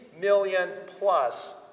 million-plus